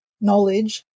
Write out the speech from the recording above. knowledge